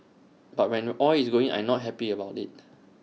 but when oil is going in I'm not happy about that